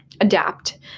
adapt